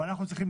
אבל אנחנו,